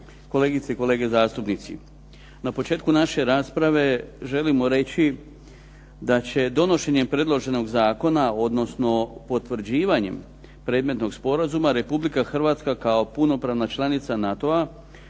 kolegice i kolege zastupnici. Na početku naše rasprave želimo reći da će donošenjem predloženog zakona, odnosno potvrđivanjem predmetnog sporazuma RH kao punopravna članica NATO-a